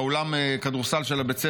באולם הכדורסל של בית הספר,